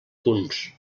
punts